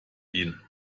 ihn